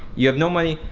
you have no money,